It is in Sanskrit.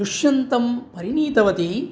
दुश्यन्तं परिणीतवती